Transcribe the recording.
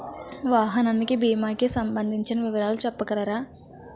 వాహనానికి భీమా కి సంబందించిన వివరాలు చెప్పగలరా?